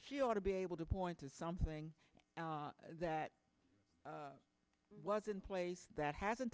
she ought to be able to point to something that was in place that hasn't